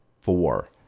four